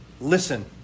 listen